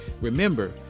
Remember